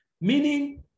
Meaning